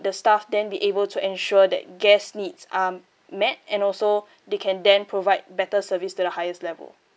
the staff then be able to ensure that guest needs are met and also they can then provide better service to the highest level